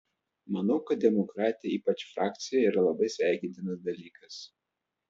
manau kad demokratija ypač frakcijoje yra labai sveikintinas dalykas